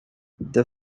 the